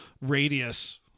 radius